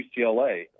UCLA